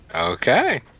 okay